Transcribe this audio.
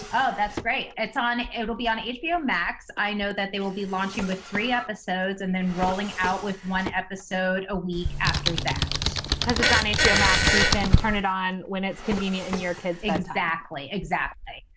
oh, that's great. it's on. it'll be on hbo, max. i know that they will be launching with three episodes and then rolling out with one episode a week after that because it's on hbo max, you can turn it on when it's convenient in your kids exactly. exactly.